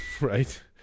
right